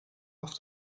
auf